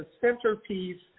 centerpiece